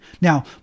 Now